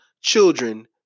children